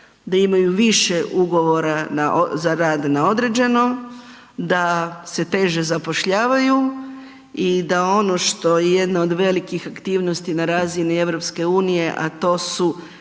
da imaju više ugovora za rad na određeno, da se teže zapošljavaju i da ono što je jedna od velikih aktivnosti na razini Europske unije a to su